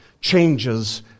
changes